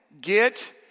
get